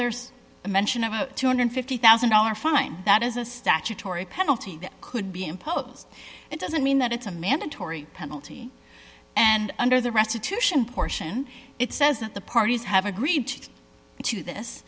there's a mention of a two hundred and fifty thousand dollars are fine that is a statutory penalty that could be imposed it doesn't mean that it's a mandatory penalty and under the restitution portion it says that the parties have agreed to this